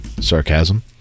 sarcasm